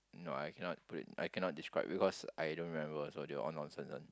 no I cannot put it I cannot describe because I don't remember so they all nonsense one